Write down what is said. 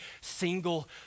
single